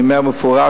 אני אומר במפורש,